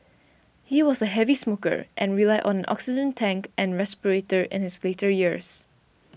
he was a heavy smoker and relied on oxygen tank and respirator in his later years